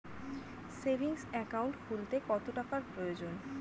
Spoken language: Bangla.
সেভিংস একাউন্ট খুলতে কত টাকার প্রয়োজন?